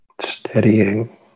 steadying